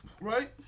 Right